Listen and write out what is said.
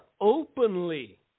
openly